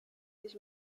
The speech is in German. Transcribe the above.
sich